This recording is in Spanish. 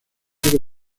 largo